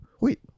wait